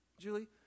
julie